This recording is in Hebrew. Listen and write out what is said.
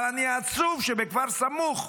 אבל אני עצוב שבכפר סמוך,